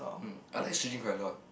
um I like Shi-Jin quite a lot